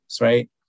right